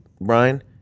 Brian